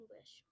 Wish